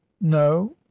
no